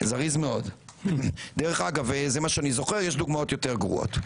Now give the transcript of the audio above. שאני זוכר, ויש דוגמאות יותר גרועות.